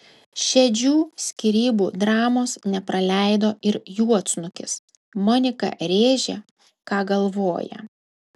šedžių skyrybų dramos nepraleido ir juodsnukis monika rėžė ką galvoja